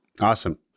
Awesome